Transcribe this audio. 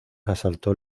asaltó